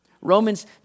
Romans